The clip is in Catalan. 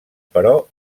però